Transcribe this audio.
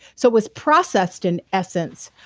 so was processed in essence,